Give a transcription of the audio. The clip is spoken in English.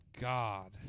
God